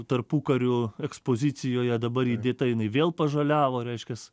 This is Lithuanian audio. tarpukariu ekspozicijoje dabar įdėta jinai vėl pažaliavo reiškias